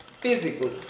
Physically